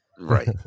right